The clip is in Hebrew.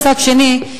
מצד שני,